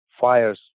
fires